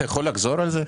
אתה יכול לחזור על זה?